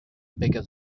bigger